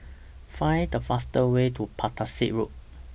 Find The faster Way to Battersea Road